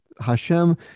hashem